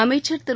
அமைச்சர் திரு